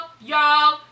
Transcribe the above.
y'all